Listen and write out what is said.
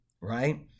right